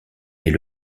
est